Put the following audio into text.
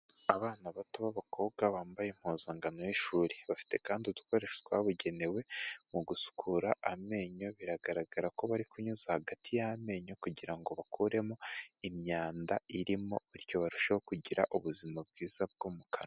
Abana bato b'abakobwa bambaye impuzangano y'ishuri, bafite kandi udukoresho twabugenewe mu gusukura amenyo, biragaragara ko bari kunyuza hagati y'amenyo kugira ngo bakuremo imyanda irimo, bityo barusheho kugira ubuzima bwiza bwo mu kanwa.